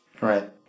Right